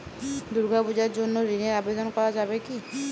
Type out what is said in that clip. দুর্গাপূজার জন্য ঋণের আবেদন করা যাবে কি?